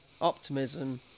optimism